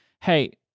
Hey